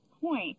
point